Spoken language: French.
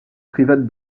privat